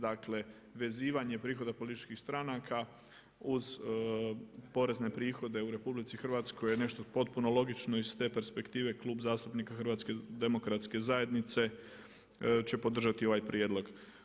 Dakle vezivanje prihoda političkih stranaka uz porezne prihode u RH je nešto potpuno logično i iz te perspektive Klub zastupnika HDZ-a će podržati ovaj prijedlog.